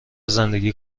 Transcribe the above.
زندگی